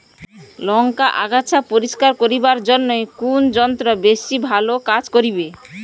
লংকার আগাছা পরিস্কার করিবার জইন্যে কুন যন্ত্র বেশি ভালো কাজ করিবে?